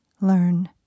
learn